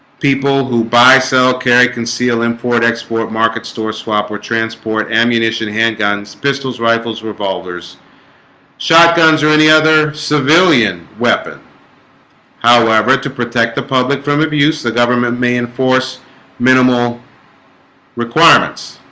people who buy sell carry conceal import export market store swap or transport ammunition handguns pistols rifles revolvers shotguns or any other civilian weapon however to protect the public from abuse the government may enforce minimal requirements